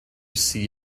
see